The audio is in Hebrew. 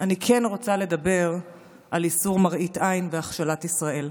אני כן רוצה לדבר על איסור מראית עין והכשלת ישראל,